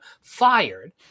fired